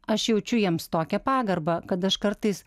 aš jaučiu jiems tokią pagarbą kad aš kartais